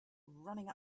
running